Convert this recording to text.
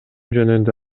жөнүндө